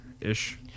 ish